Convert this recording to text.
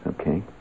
Okay